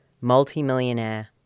Multimillionaire